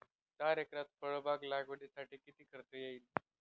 चार एकरात फळबाग लागवडीसाठी किती खर्च येईल?